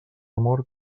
amor